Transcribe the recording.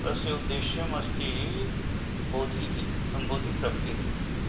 अस्य उद्देश्यम् अस्ति बोधिः सम्बोधिप्राप्तिरिति